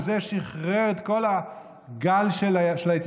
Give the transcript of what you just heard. וזה שחרר את כל הגל של ההתייקרויות.